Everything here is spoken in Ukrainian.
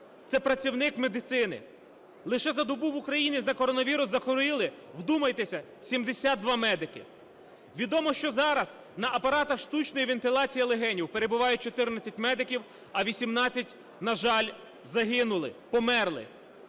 це працівник медицини. Лише за добу в Україні на коронавірус захворіли, вдумайтеся, 72 медики. Відомо, що зараз на апаратах штучної вентиляції легенів перебувають 14 медиків, а 18, на жаль, загинули, померли.